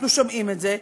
אנחנו שומעים את זה,